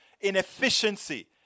inefficiency